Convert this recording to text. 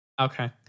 Okay